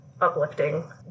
uplifting